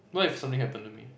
what if something happen to me